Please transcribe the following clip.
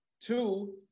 Two